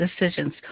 decisions